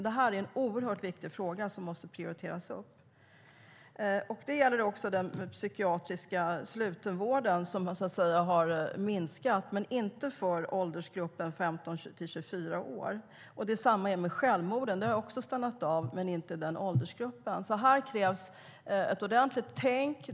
Detta är oerhört viktigt och måste prioriteras upp. Det gäller också den psykiatriska slutenvården, som har minskat, men inte för åldersgruppen 15-24 år. Detsamma gäller självmorden. De har också stannat av, men inte i den åldersgruppen. Här krävs ett ordentligt tänk.